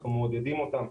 אנחנו מעודדים אותם.